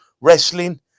wrestling